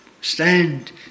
stand